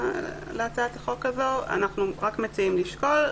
אנחנו רק מציעים לשקול,